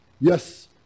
Yes